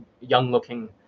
young-looking